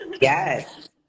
Yes